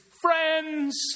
friends